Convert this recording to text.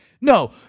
no